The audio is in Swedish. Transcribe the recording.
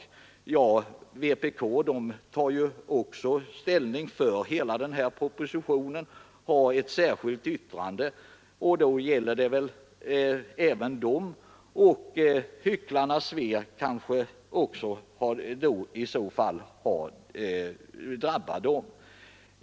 Men vpk tar ju också ställning för hela den här propositionen och har bara ett särskilt yttrande, så ”hycklarnas ve” kanske i så fall också drabbar er.